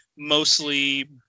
mostly